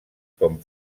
com